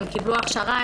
הן קיבלו הכשרה,